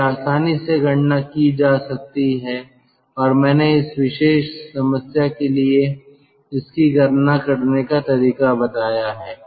तो यह आसानी से गणना की जा सकती है और मैंने इस विशेष समस्या के लिए इसकी गणना करने का तरीका बताया है